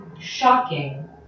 shocking